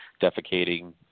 defecating